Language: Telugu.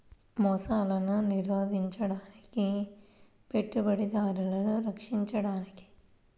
మోసాలను నిరోధించడానికి, పెట్టుబడిదారులను రక్షించడానికి